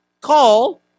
call